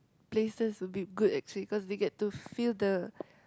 places will be good actually cause they get to feel the